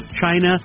China